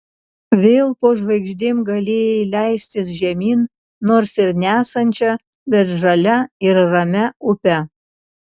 vėl po žvaigždėm galėjai leistis žemyn nors ir nesančia bet žalia ir ramia upe